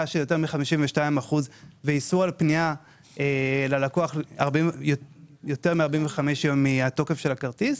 של יותר מ-52% ואיסור על פנייה ללקוח למעלה מ-45 יום מתום תוקף הכרטיס.